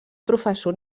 professor